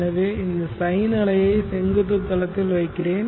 எனவே இந்த சைன் அலையை செங்குத்து தளத்தில் வைக்கிறேன்